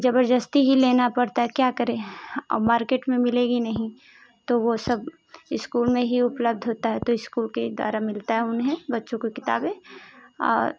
जबरदस्ती ही लेना पड़ता है क्या करें अब मार्केट में मिलेगी नहीं तो वो सब इस्कूल में ही उपलब्ध होता है तो इस्कूल के ही द्वारा मिलता है उन्हें बच्चों को किताबें और